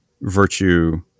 virtue